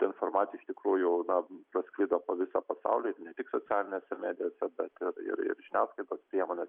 ta informacija iš tikrųjų na pasklido po visą pasaulį ir ne tik socialinėse medijose bet ir ir ir žiniasklaidos priemonė